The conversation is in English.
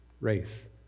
race